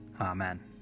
Amen